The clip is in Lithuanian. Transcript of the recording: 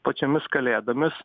pačiomis kalėdomis